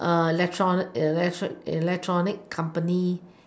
electron~ electric electronic company